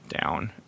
down